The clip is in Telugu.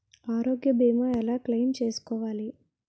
ఆరోగ్య భీమా ఎలా క్లైమ్ చేసుకోవాలి?